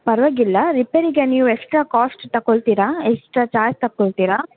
ಪರವಾಗಿಲ್ಲ ರಿಪೇರಿಗೆ ನೀವು ಎಕ್ಸ್ಟ್ರಾ ಕಾಸ್ಟ್ ತಕೊಳ್ತೀರ ಎಕ್ಸ್ಟ್ರಾ ಚಾರ್ಜ್ ತಕೊಳ್ತೀರ